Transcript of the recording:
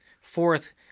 Fourth